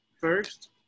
first